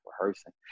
rehearsing